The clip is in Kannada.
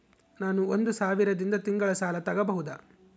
ನಾನು ಒಂದು ಸಾವಿರದಿಂದ ತಿಂಗಳ ಸಾಲ ತಗಬಹುದಾ?